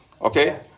Okay